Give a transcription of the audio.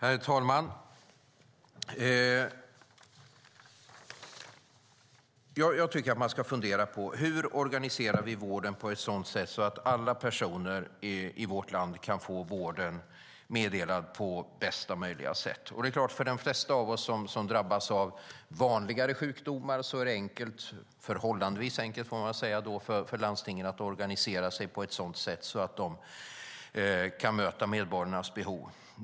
Herr talman! Jag tycker att vi ska fundera över hur vi ska organisera vården på ett sådant sätt att alla personer i vårt land kan få bästa möjliga vård. För de flesta av oss som drabbas av vanligare sjukdomar är det förhållandevis enkelt för landstingen att organisera sig på ett sådant sätt att de kan möta medborgarnas behov.